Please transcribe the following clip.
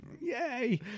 yay